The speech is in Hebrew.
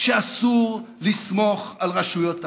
שאסור לסמוך על רשויות החוק.